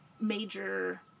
major